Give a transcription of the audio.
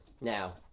Now